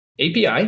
API